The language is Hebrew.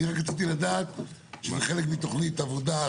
אני רק רציתי לדעת אם זה חלק מתכנית עבודה.